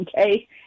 Okay